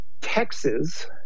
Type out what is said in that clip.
Texas